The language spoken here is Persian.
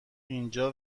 اینجا